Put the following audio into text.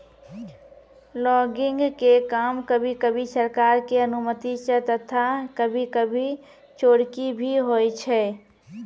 logging के काम कभी कभी सरकार के अनुमती सॅ तथा कभी कभी चोरकी भी होय छै